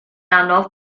anodd